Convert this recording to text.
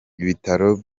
ibitaro